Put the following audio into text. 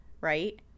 right